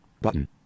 Button